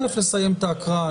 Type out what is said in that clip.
ראשית, לסיים את ההקראה.